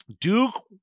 Duke